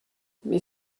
mais